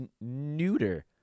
Neuter